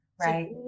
right